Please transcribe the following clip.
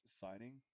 signing